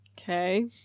Okay